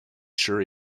sure